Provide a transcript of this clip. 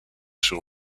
sur